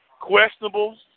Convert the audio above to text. Questionable